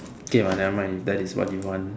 K but nevermind if that is what you want